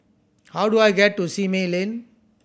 how do I get to Simei Lane